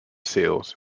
sales